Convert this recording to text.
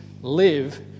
live